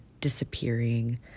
disappearing